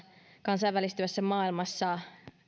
kansainvälistyvässä maailmassa